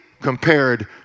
compared